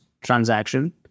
transaction